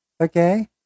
okay